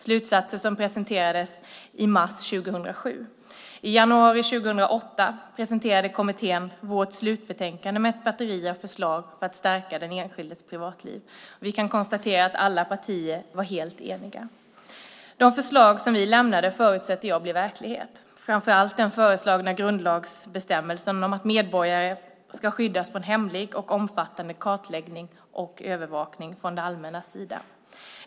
Slutsatser presenterades i mars 2007. I januari 2008 presenterade kommittén sitt slutbetänkande med ett batteri av förslag för att stärka den enskildes privatliv. Vi kan konstatera att alla partier var helt eniga. De förslag som vi i kommittén lade fram förutsätter jag blir verklighet, framför allt den föreslagna grundlagsbestämmelsen om att medborgare ska skyddas från hemlig och omfattande kartläggning och övervakning från det allmännas sida.